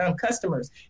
customers